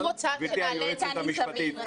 גברתי היועצת המשפטית,